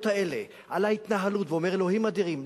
האלה על ההתנהלות ואומר: אלוהים אדירים,